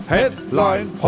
Headline